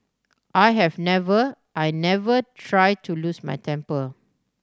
I have never I never try to lose my temper